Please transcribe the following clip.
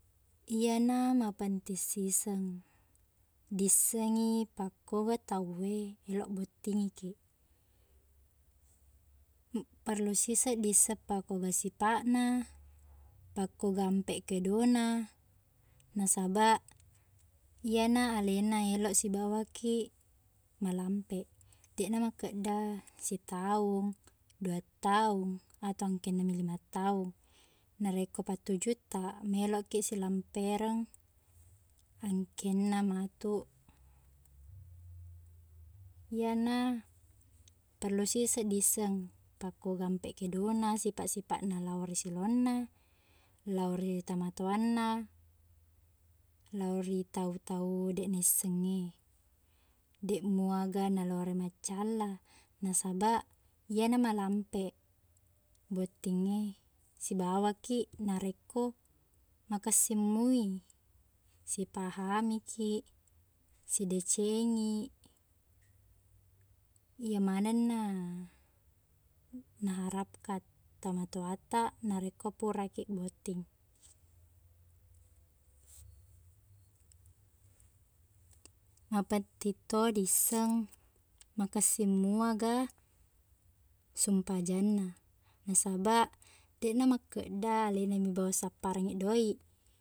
Iyana mapenting siseng diisseng i pakkoga tauwe eloq bottingngikiq. Em- perlu siseng diisseng pakkuga sipaqna, pakkuga ampeq kedona. Nasabaq, iyena alena eloq sibawaki malampeq. Deqna makkedda sitaung, duattaung, atau angkennami limattaung. Narekko pattujuttaq maelokkiq silampereng, angkenna matuq, iyena perlu siseng diisseng pakkuga ampek kedona, sipaq-sipaqna lao ri silongna, lao ri tomatoanna, lao ri tau-tau deq nissengngi. Deq muaga naloreng maccalla, nasabaq, iyena malampe bottingnge, sibawaki narekko makessing mui, sipahangiki, sidecengi, iye manengna naharapkan tomatoataq narekko purakiq botting. Mapenting to diisseng makessing muaga sumpajangna. Nasabaq, deqna makkedda alena mi bawang sapparengngi duiq.